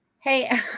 Hey